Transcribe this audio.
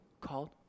called